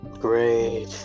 Great